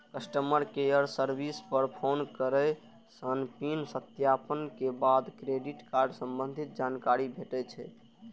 customer care service पर phone करै सं पिन सत्यापन के बाद क्रेडिट कार्ड संबंधी जानकारी भेटै छै